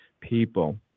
people